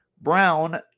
Brown